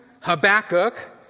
Habakkuk